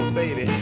baby